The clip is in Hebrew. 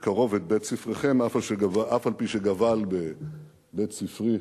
מקרוב את בית-ספרכם, אף-על-פי שגבל בבית-ספרי,